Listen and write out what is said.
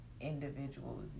individuals